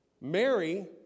Mary